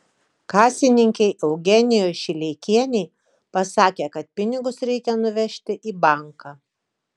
kasininkei eugenijai šileikienei pasakė kad pinigus reikia nuvežti į banką